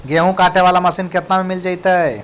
गेहूं काटे बाला मशीन केतना में मिल जइतै?